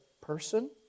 person